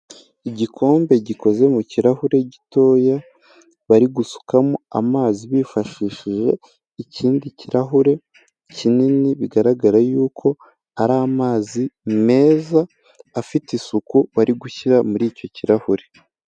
Igikombe gikoze mu kirahure gitoya bari gusukamo amazi bifashishije ikindi kirahure kinini, bigaragara yuko ari amazi meza afite isuku bari gushyira muri icyo kirahure.